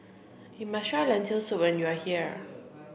you must try Lentil soup when you are here